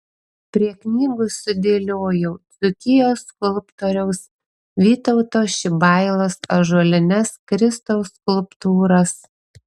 prie knygų sudėliojau dzūkijos skulptoriaus vytauto šibailos ąžuolines kristaus skulptūras